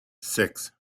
six